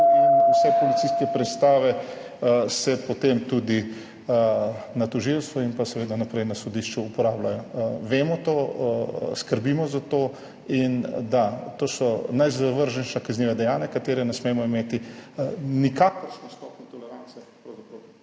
in vse policijske preiskave se potem tudi na tožilstvu in seveda naprej na sodišču uporabljajo. Vemo to, skrbimo za to. In da – to so najzavržnejša kazniva dejanja, do katerih ne smemo imeti nikakršne stopnje tolerance, pravzaprav